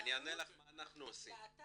אני יודעת מניסיון